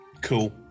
Cool